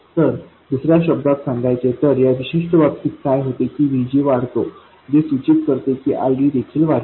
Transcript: तर दुसर्या शब्दांत सांगायचे तर या विशिष्ट बाबतीत काय होते की VG वाढतो जे सूचित करते की ID देखील वाढेल